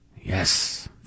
Yes